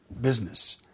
business